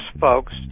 folks